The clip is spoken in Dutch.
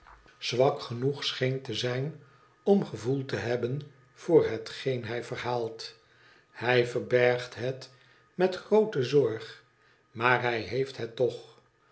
zwak genoeg scheen te zijn om gevoel te hebben voor hetgeen hij verhaalt hij verbergt het met groote zorg maar hij heeft het toch